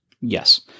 Yes